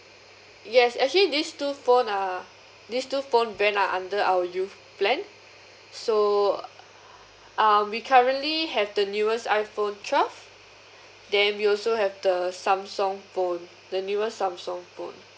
yes actually these two phone are these two phone plan are under our youth plan so uh we currently have the newest iPhone twelve then we also have the Samsung phone the newest Samsung phone